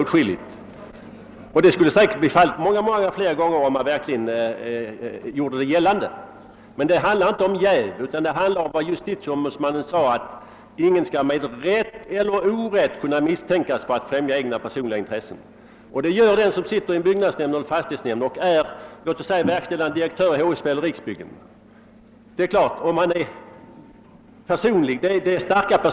Så skulle säkerligen också bli fallet många gånger om jäv gjordes gällande. Men det handlar i detta fall inte om jäv utan om vad JO sagt, nämligen att ingen skall, med rätt eller orätt, kunna misstänkas för att främja personliga intressen. Det blir fallet när t.ex. en verkställande direktör i HSB eller i Riksbyggen sitter i en nämnd.